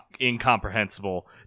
incomprehensible